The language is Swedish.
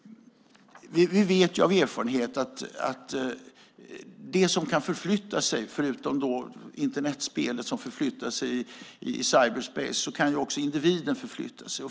Vi vet av erfarenhet att det som kan förflytta sig gör det. Förutom Internetspelandet som förflyttar sig i cyperspace kan också individen förflytta sig.